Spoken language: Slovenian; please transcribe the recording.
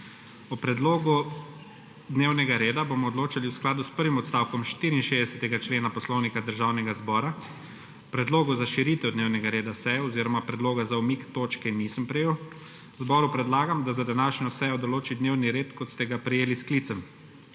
O predlogu dnevnega reda bomo odločali v skladu s prvim odstavkom 64. člena Poslovnika Državnega zbora. Predlogov za širitev dnevnega reda seje oziroma predloga za umik točke nisem prejel. Zboru predlagam, da za današnjo sejo določi dnevni red, kot ste ga prejeli s sklicem.